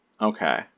Okay